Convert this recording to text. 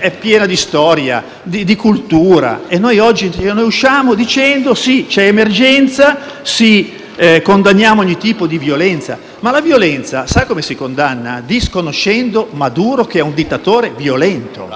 è piena di storia, di cultura e noi oggi ce ne usciamo dicendo che c'è emergenza e che condanniamo ogni tipo di violenza. La violenza però si condanna disconoscendo Maduro, che è un dittatore violento